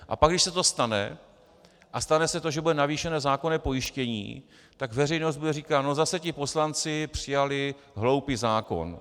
A pak, když se to stane, a stane se to, že bude navýšeno zákonné pojištění, tak veřejnost bude říkat: No, zase ti poslanci přijali hloupý zákon.